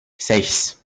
sechs